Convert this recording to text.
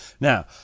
Now